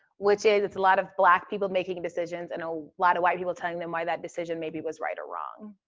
which is, it's a lot of black people making decisions and a lot of white people telling them why that decision maybe was right or wrong.